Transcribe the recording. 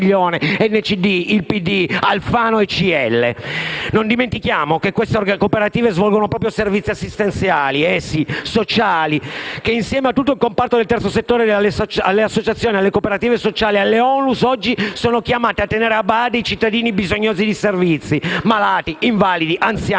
Non dimentichiamo che queste cooperative svolgono proprio servizi assistenziali e sociali - eh sì! - e che, insieme a tutto il comparto del terzo settore, alle associazioni, alle cooperative sociali e alle ONLUS, oggi sono chiamate a tenere a bada i cittadini bisognosi di servizi (malati, invalidi, anziani,